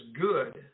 good